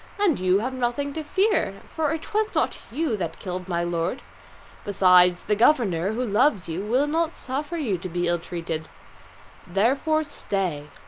and you have nothing to fear, for it was not you that killed my lord besides the governor who loves you will not suffer you to be ill-treated therefore stay.